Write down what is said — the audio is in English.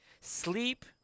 Sleep